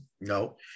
no